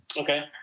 Okay